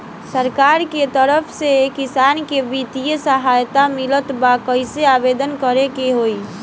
सरकार के तरफ से किसान के बितिय सहायता मिलत बा कइसे आवेदन करे के होई?